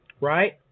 Right